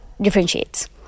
Differentiates